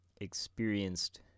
experienced